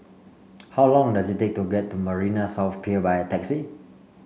how long does it take to get to Marina South Pier by taxi